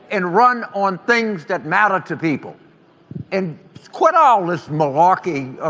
and run on things that matter to people and quit all this malarkey